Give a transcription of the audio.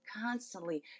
constantly